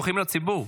פתוחים לציבור,